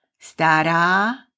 Stara